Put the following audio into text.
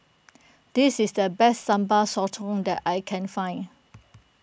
this is the best Sambal Sotong that I can find